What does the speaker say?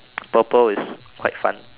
purple is quite fun